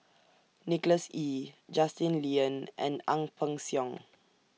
Nicholas Ee Justin Lean and Ang Peng Siong